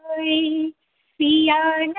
पिया नहीं आये हो रामा